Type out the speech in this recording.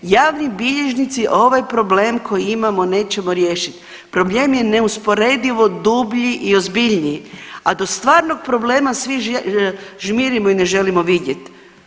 Javni bilježnici ovaj problem koji imamo nećemo riješiti, problem je neusporedivo dublji i ozbiljniji, a do stvarnog problema svi žmirimo i ne želimo vidjet.